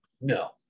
No